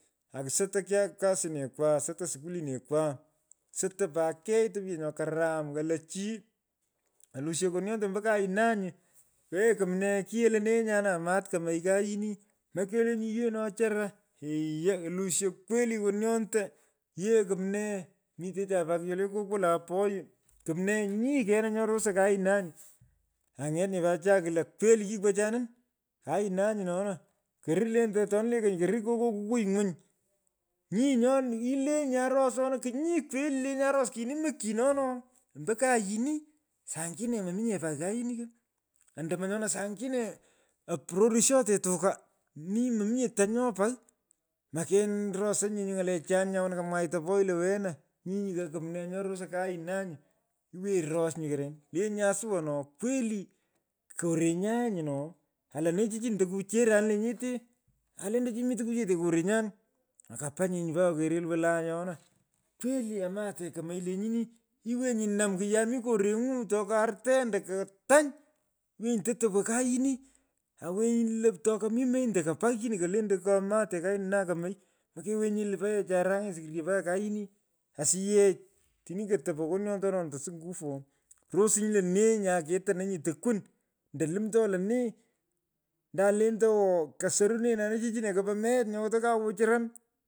Akusotoy kyak kasinekwa. sotoy shughulinekwa sotoy pat kei topyo nyo karam. Kolu chi kolusho kokonyondo ombo kainunyi. wee kumnee kighei lenee nyana amat kemei kuyini. Mekelenyi yee no echara. kolusho kweli kokonyondo. yee kumnee mitecha kyolee kopo poyu. Kumnee nyi nyo rosey kainanyi. any’et nye put chicha kwulo kweli kipkochanin. Kainanyi no. naa koruu lentene atoni koruu koko kukiy ngwiny. Nyi nyoni. Ilenyi arosona kinyii kweli. ileny arosan kiyini mukyino noo ombo kainii; saa ingine mominye pagh kuini ko ando monyonu saa ingine aprorishute tuka nyini mominye tang nyopagh. Maken rosonyinye ny’alechai komwaita poyu lo wena nyi yee kumnee nyo risoy kainanyi lwenyi ros nyu koren. le nya suwa lo kweli. korenyaa ee nyi no. kolonee chichini tekucheranin lenyete aa lentenchi mii tukuchete korenyan. Mokupa nye nyuu mpakaa kerel walay ona. kweli ametekemei lenyini. Lwenyi nium kiyai mi koreng’u toko arte abdo ko tany. iwenyi toto wo kaini. Aiwenyi lup tokomi meny ando ko pagh chini lentei kaamate kainonaa kemai mokewenyi nye lo paghechai airuny’anyi psigirio mpaka kaini. asiyech tini kotopo kokonyondononi tosok nguvu oo. resinyi lenee nya ketononyi tukwun ando lumto lenee andan lente oo kosorunenanin chichino kopo meghat nyo koto kyawichiran.